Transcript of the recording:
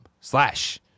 slash